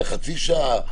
לחצי שעה?